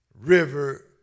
River